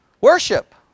worship